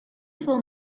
for